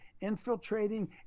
infiltrating